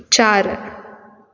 चार